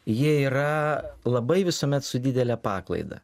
jie yra labai visuomet su didele paklaida